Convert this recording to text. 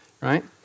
Right